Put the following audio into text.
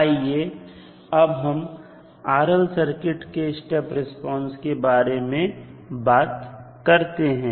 आइए अब हम RL सर्किट के स्टेप रिस्पांस के बारे में बात करते हैं